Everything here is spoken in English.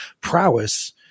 prowess